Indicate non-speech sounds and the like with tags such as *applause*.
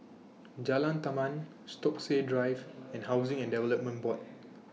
Jalan Taman Stokesay Drive and Housing and Development Board *noise*